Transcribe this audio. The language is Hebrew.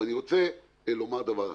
אבל אני רוצה לומר דבר אחד.